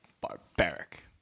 barbaric